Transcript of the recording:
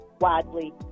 widely